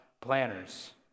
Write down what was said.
planners